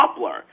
Doppler